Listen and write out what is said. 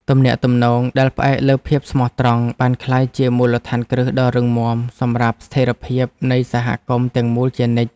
ទំនាក់ទំនងដែលផ្អែកលើភាពស្មោះត្រង់បានក្លាយជាមូលដ្ឋានគ្រឹះដ៏រឹងមាំសម្រាប់ស្ថិរភាពនៃសហគមន៍ទាំងមូលជានិច្ច។